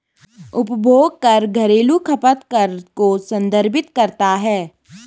उपभोग कर घरेलू खपत कर को संदर्भित करता है